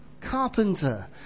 carpenter